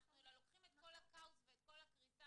אלא לוקחים את כל הכאוס ואת כל הקריסה